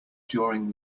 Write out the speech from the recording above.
during